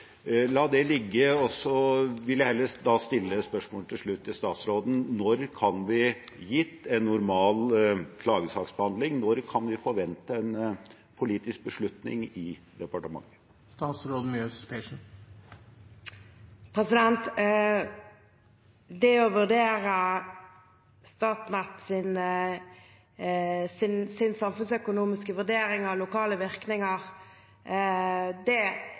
la det ligge, for jeg vil til slutt heller stille dette spørsmålet til statsråden: Når kan vi, gitt en normal klagesaksbehandling, forvente en politisk beslutning i departementet? Det å vurdere Statnetts samfunnsøkonomiske vurdering av lokale virkninger er også en skjønnsmessig vurdering. Det er derfor en del av en klagebehandling, og det